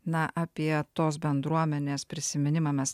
na apie tos bendruomenės prisiminimą mes